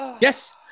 yes